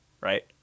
Right